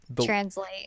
translate